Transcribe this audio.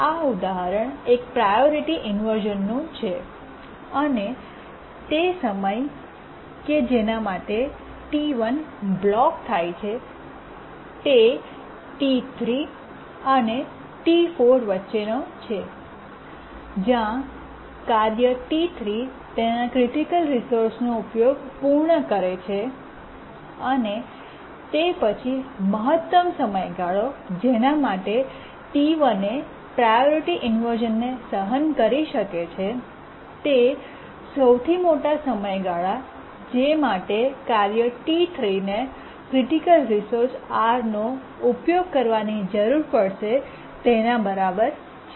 આ ઉદાહરણ એક પ્રાયોરિટી ઇન્વર્શ઼નનુંછે અને તે સમય કે જેના માટે કાર્ય T1 બ્લોક થાય છે તે T3 અને T4 વચ્ચેનો છે જ્યાં કાર્ય T3 તેના ક્રિટિકલ રિસોર્સનો ઉપયોગ પૂર્ણ કરે છે અને તે પછી મહત્તમ સમયગાળો જેના માટે T1 એ પ્રાયોરિટી ઇન્વર્શ઼ન ને સહન કરી શકે છે તે સૌથી મોટા સમયગાળા જે માટે કાર્ય T3 ને ક્રિટિકલ રિસોર્સ Rનો ઉપયોગ કરવાની જરૂર પડશે તેનાબરાબર છે